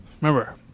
Remember